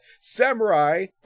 Samurai